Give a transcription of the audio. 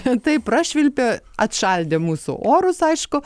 taip prašvilpė atšaldė mūsų orus aišku